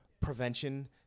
prevention